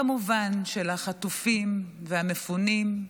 כמובן של החטופים והמפונים,